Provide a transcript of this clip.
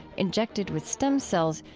injected with stem cells,